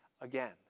again